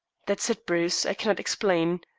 that's it, bruce. i cannot explain.